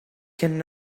can